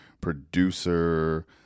producer